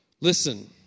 Listen